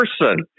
person